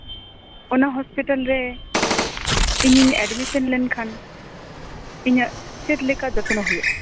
ᱚᱱᱟ ᱦᱚᱥᱯᱤᱴᱟᱞ ᱨᱮ ᱤᱧ ᱮᱰᱢᱤᱥᱮᱱ ᱞᱮᱱ ᱠᱷᱟᱱ ᱤᱧᱟᱹᱜ ᱪᱮᱫᱞᱮᱠᱟ ᱡᱚᱛᱱᱚ ᱦᱩᱭᱩᱜᱼᱟ